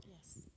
Yes